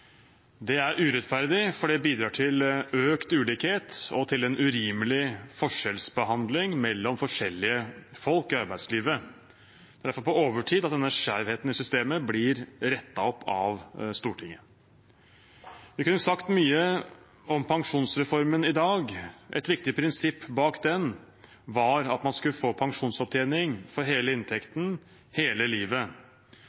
Det er urettferdig, for det bidrar til økt ulikhet og en urimelig forskjellsbehandling mellom forskjellige folk i arbeidslivet. Det er derfor på overtid at denne skjevheten i systemet blir rettet opp av Stortinget. Vi kunne sagt mye om pensjonsreformen i dag. Et viktig prinsipp bak den var at man skulle få pensjonsopptjening for hele